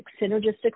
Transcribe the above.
synergistic